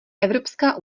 evropská